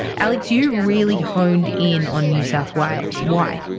alex, you really honed in on new south wales, why?